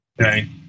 okay